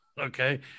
Okay